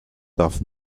darf